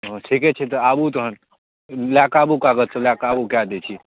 हँ ठीके छै तऽ आबू तहन लए कऽ आबू कागज सब लए कऽ आबू कै दै छी